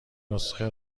نسخه